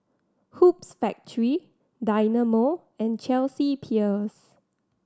Hoops Factory Dynamo and Chelsea Peers